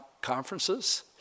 conferences